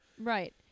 Right